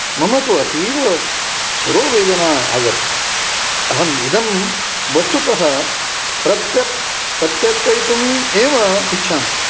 मम तु अतीवशिरोवेदना आगता अहम् इदं वस्तुतः प्रत्यक् प्रत्यर्पयितुम् एव इच्छामि